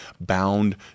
Bound